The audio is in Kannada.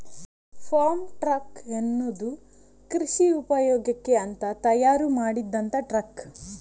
ಫಾರ್ಮ್ ಟ್ರಕ್ ಅನ್ನುದು ಕೃಷಿ ಉಪಯೋಗಕ್ಕೆ ಅಂತ ತಯಾರು ಮಾಡಿದಂತ ಟ್ರಕ್